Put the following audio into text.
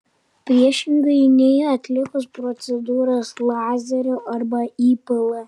priešingai nei atlikus procedūras lazeriu arba ipl